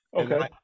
okay